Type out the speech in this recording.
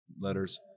letters